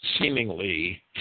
Seemingly